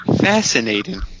Fascinating